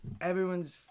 everyone's